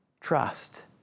trust